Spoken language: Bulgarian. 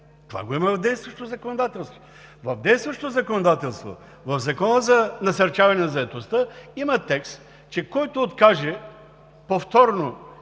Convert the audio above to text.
Това го има в действащото законодателство! В действащото законодателство, в Закона за насърчаване на заетостта, има текст, че който откаже повторно